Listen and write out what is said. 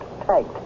tank